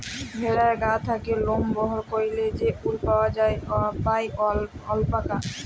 ভেড়ার গা থ্যাকে লম বাইর ক্যইরে যে উল পাই অল্পাকা